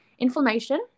Inflammation